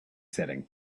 setting